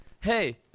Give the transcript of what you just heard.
hey